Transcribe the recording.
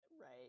Right